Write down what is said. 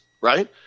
right